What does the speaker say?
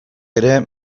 ere